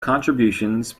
contributions